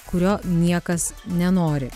kurio niekas nenori